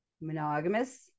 Monogamous